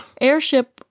airship